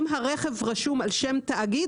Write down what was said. אם הרכב רשום על שם תאגיד,